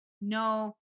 no